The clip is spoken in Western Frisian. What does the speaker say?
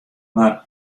mar